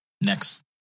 Next